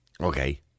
Okay